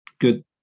good